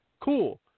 Cool